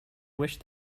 wished